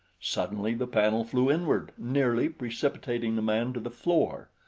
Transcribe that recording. suddenly the panel flew inward, nearly precipitating the man to the floor.